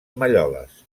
malloles